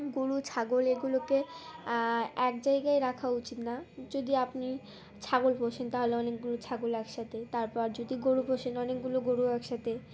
গরু ছাগল এগুলোকে এক জায়গায় রাখা উচিত না যদি আপনি ছাগল পোষেন তাহলে অনেকগরু ছাগল একসাথে তারপর যদি গরু পোষেন অনেকগুলো গরু একসাথে